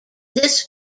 this